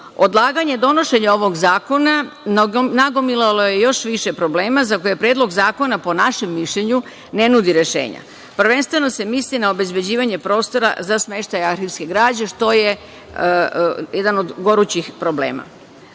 okvirom. Odlaganje donošenja ovog zakona nagomilalo je još više problema za koje predlog zakona, po našem mišljenju, ne nudi rešenja. Prvenstveno se misli na obezbeđivanje prostora za smeštaj arhivske građe, što je jedan od gorućih problema. Položaj